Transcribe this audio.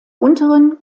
unteren